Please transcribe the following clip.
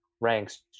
Ranks